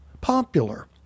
popular